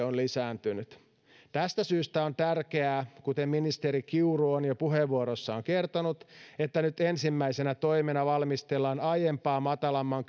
on lisääntynyt tästä syystä on tärkeää kuten ministeri kiuru on jo puheenvuorossaan kertonut että nyt ensimmäisenä toimena valmistellaan aiempaa matalamman